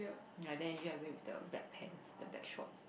ya then you i wear with the black pants the black shorts